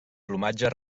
plomatge